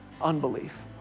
Unbelief